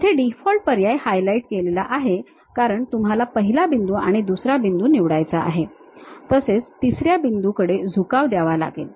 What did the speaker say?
येथे डिफॉल्ट पर्याय हायलाइट केलेला आहे कारण तुम्हाला पहिला बिंदू आणि दुसरा बिंदू निवडायचा आहे तसेच तिसऱ्या बिंदूकडे झुकाव द्यावा लागेल